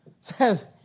says